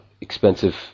expensive